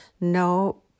No